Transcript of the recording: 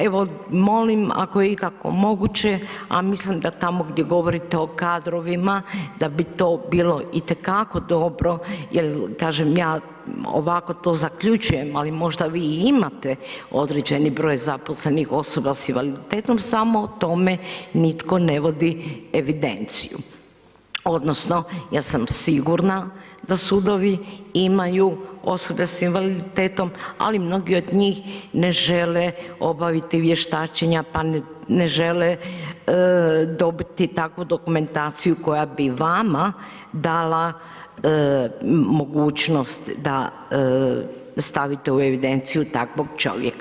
Evo molim ako je ikako moguće, a mislim da tamo gdje govorite o kadrovima da bi to bilo itekako dobro, jel kažem ja ovako to zaključujem, ali vi možda i imate određeni broj zaposlenih osoba s invaliditetom, samo o tome nitko ne vodi evidenciju odnosno ja sam sigurna da sudovi imaju osobe s invaliditetom, ali mnogi od njih ne žele obaviti vještačenja pa ne žele dobiti takvu dokumentaciju koja bi vama dala mogućnost da stavite u evidenciju takvog čovjeka.